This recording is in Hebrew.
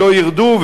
ולא ירדו,